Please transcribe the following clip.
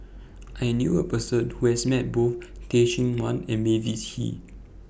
I knew A Person Who has Met Both Teh Cheang Wan and Mavis Hee